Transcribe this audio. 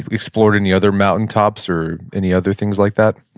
explored any other mountaintops or any other things like that?